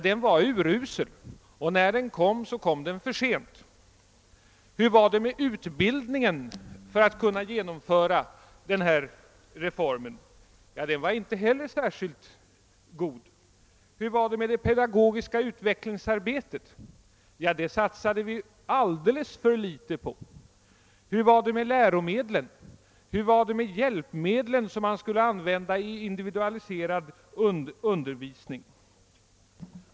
Den var urusel och när den kom skedde det för sent. Hur var det med utbildningen för att kunna genomföra denna reform? Den var inte heller särskilt god. Hur var det med det pedagogiska utvecklingsarbetet? Jo, det satsade vi alldeles för litet på. Hur var det med läromedlen, med hjälpmedlen, som skulle användas i individualiserad undervisning?